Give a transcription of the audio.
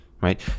right